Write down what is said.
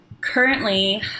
currently –